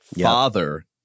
father